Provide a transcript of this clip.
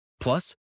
Plus